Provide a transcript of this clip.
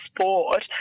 sport